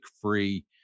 free